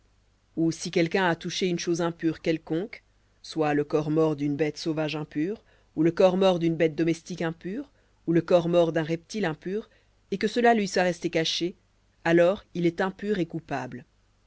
ou si quelqu'un a touché une chose impure quelconque soit le corps mort d'une bête sauvage impure ou le corps mort d'une bête domestique impure ou le corps mort d'un reptile impur et que cela lui soit resté caché alors il est impur et coupable